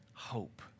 Hope